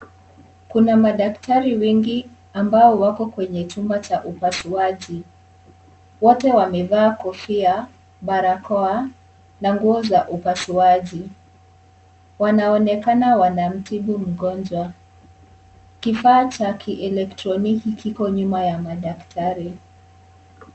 Kuna madaktari wengi ambao wako kwenye chumba cha upasuaji, wote wamevaa kofia, barakoa na nguo za upasuaji, wanaonekana wanamtibu mgonjwa, kifaa cha kielektroniki kiko nyuma ya madaktari.